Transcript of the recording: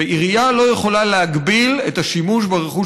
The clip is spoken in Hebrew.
ועירייה לא יכולה להגביל את השימוש ברכוש